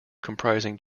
comprising